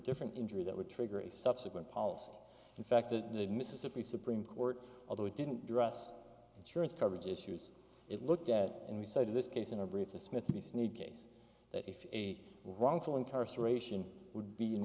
different injury that would trigger a subsequent policy in fact that the mississippi supreme court although it didn't dress insurance coverage issues it looked at and we cited this case in our brief the smithy sneed case that if a wrongful incarceration would be an